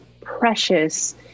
precious